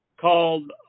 called